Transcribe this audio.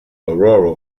aurora